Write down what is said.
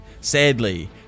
Sadly